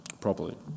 properly